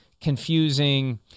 confusing